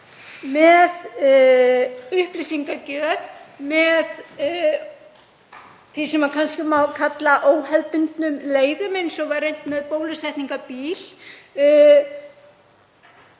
með upplýsingagjöf, með því sem kannski má kalla óhefðbundnum leiðum, eins og var reynt með bólusetningarbíl.